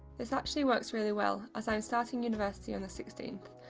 this actually works really well as i am starting university on the sixteenth,